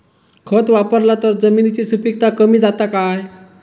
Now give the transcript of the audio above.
खत वापरला तर जमिनीची सुपीकता कमी जाता काय?